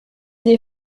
des